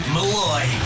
Malloy